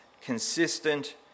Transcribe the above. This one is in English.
Consistent